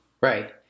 Right